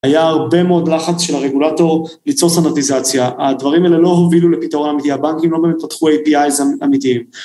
היה הרבה מאוד לחץ של הרגולטור ליצור סנטיזציה, הדברים האלה לא הובילו לפתרון אמיתי, הבנקים לא באמת פתחו APIs אמיתיים.